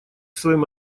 своим